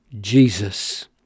Jesus